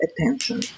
attention